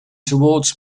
towards